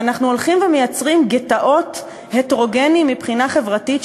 ואנחנו הולכים ומייצרים גטאות הטרוגניים מבחינה חברתית,